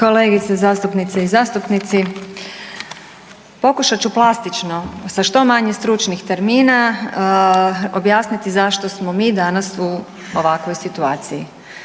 Kolegice, zastupnice i zastupnici. Pokušat ću plastično sa što manje stručnih termina objasniti zašto smo mi danas u ovakvoj situaciji.